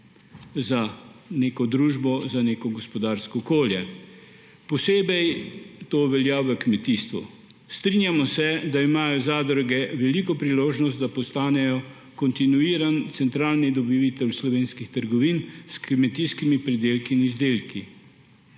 za neko družbo, za neko gospodarsko okolje. Posebej to velja v kmetijstvu. Strinjamo se, da imajo zadruge veliko priložnost, da postanejo kontinuiran centralni dobavitelj slovenskih trgovin s kmetijskimi pridelki in izdelki.